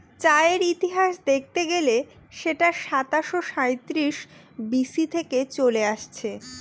চায়ের ইতিহাস দেখতে গেলে সেটা সাতাশো সাঁইত্রিশ বি.সি থেকে চলে আসছে